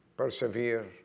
persevere